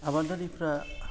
आबादारिफ्रा